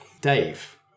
Dave